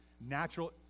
natural